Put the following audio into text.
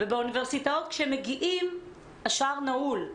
ובאוניברסיטאות כשהם מגיעים השער נעול.